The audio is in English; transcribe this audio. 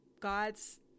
God's